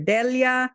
Delia